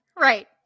Right